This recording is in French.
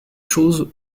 chose